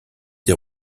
des